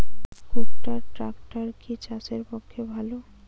কুবটার ট্রাকটার কি চাষের পক্ষে ভালো?